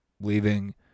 leaving